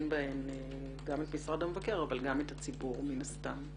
בהן גם את משרד המבקר אבל גם את הציבור מן הסתם.